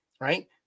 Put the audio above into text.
Right